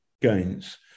gains